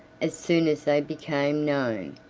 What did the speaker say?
as soon as they became known,